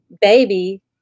baby